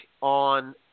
on